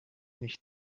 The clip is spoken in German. nicht